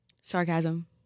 Sarcasm